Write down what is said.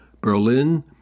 Berlin